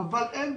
אבל אין ברירה,